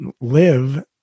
live